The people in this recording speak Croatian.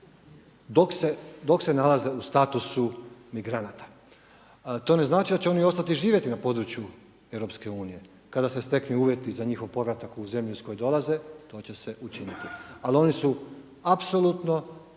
dok se nalaze u statusu migranata. To ne znači da će oni ostati živjeti na području EU kada se steknu uvjeti za njihov povratak u zemlju iz koje dolaze, to će se učiniti. Ali oni su apsolutno